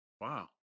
Wow